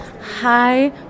hi